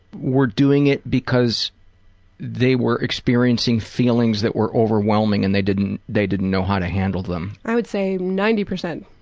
were doing it because they were experiencing feelings that were overwhelming and they didn't they didn't know how to handle them? i would say ninety percent.